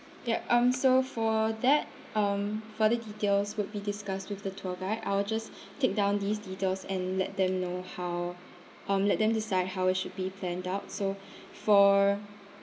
ya um so for that um further details would be discussed with the tour guide I will just take down these details and let them know how um let them decide how it should be planned out so for